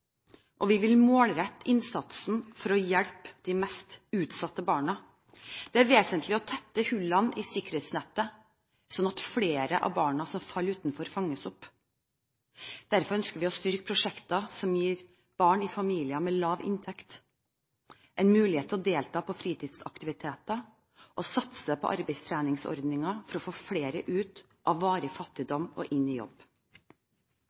og vi vil målrette innsatsen for å hjelpe de mest utsatte barna. Det er vesentlig å tette hullene i sikkerhetsnettet, slik at flere av barna som faller utenfor, fanges opp. Derfor ønsker vi å styrke prosjekter som gir barn i familier med lav inntekt en mulighet til å delta på fritidsaktiviteter, og satse på arbeidstreningsordninger for å få flere ut av varig fattigdom og inn i jobb.